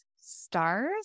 stars